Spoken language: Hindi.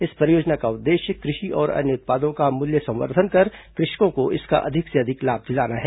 इस परियोजना का उद्देश्य कृषि और अन्य उत्पादों का मूल्य संवर्धन कर कृषकों को इसका अधिक से अधिक लाभ दिलाना है